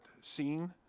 scene